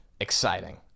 exciting